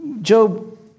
Job